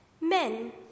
Men